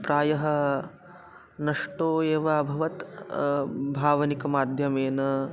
प्रायः नष्टो एव अभवत् भावनिक माध्यमेन